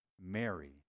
Mary